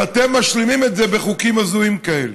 שאתם משלימים את זה בחוקים הזויים כאלה?